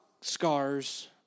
scars